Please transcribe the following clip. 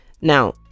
Now